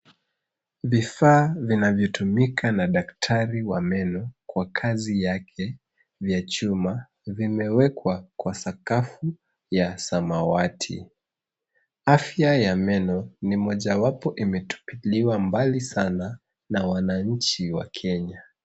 Vifaa vinavyotumika na daktari wa meno vya kazi yake vya chuma, vimewekwa kwa sakafu ya samawati. Afya ya meno ni mojawapo imetupiliwa mbali sanana wananchi wa Kenya.